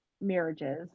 marriages